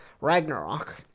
Ragnarok